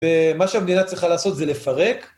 ומה שהמדינה צריכה לעשות זה לפרק.